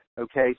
Okay